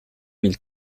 mille